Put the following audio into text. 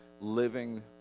living